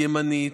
ימנית,